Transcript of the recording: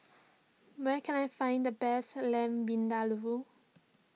where can I find the best Lamb Vindaloo